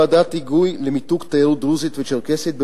הקמת ועדת היגוי למיתוג התיירות הדרוזית והצ'רקסית,